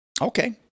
Okay